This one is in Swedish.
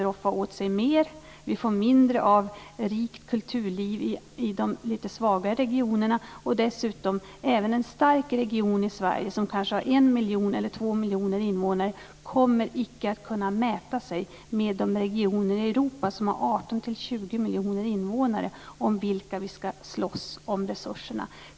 Då blir det mindre av rikt kulturliv i de svagare regionerna. Även en stark region i Sverige med 1-2 miljoner invånare kommer icke att kunna mäta sig med de regioner i Europa som har 18-20 miljoner invånare när det blir dags att slåss om resurserna.